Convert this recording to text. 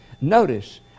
notice